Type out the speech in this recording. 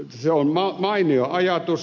se on mainio ajatus